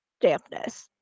dampness